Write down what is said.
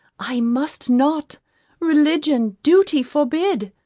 i must not religion, duty, forbid.